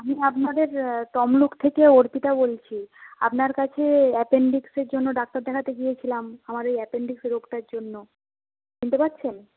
আমি আপনাদের তমলুক থেকে অর্পিতা বলছি আপনার কাছে অ্যাপেনডিক্সের জন্য ডাক্তার দেখাতে গিয়েছিলাম আমার এই অ্যাপেনডিক্স রোগটার জন্য চিনতে পারছেন